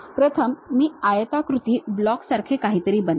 प्रथम मी आयताकृती ब्लॉक सारखे काहीतरी बनवीन